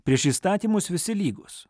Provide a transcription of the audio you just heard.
prieš įstatymus visi lygūs